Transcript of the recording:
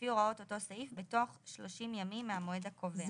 לפי הוראות אותו סעיף, בתוך 30 ימים מהמועד הקובע.